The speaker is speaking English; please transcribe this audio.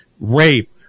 rape